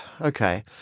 okay